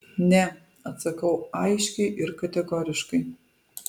ne atsakau aiškiai ir kategoriškai